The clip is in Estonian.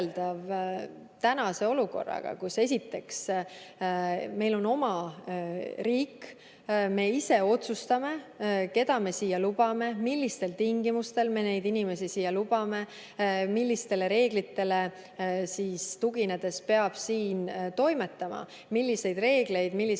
tänase olukorraga, kus esiteks meil on oma riik, me ise otsustame, keda me siia lubame, millistel tingimustel me neid inimesi siia lubame, millistele reeglitele tuginedes peab siin toimetama, milliseid reegleid ja millist